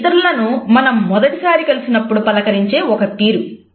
ఇది ఇతరులను మనం మొదటిసారి కలిసినప్పుడు పలకరించే ఒక తీరు